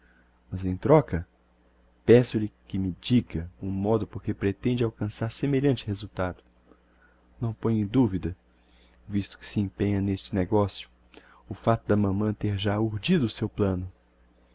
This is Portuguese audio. mas em troca peço-lhe que me diga o modo por que pretende alcançar semelhante resultado não ponho em duvida visto que se empenha n'este negocio o facto da mamã ter já urdido o seu plano